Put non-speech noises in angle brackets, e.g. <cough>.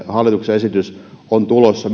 hallituksen esitys valtion takauslainoista on tulossa <unintelligible>